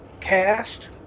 cast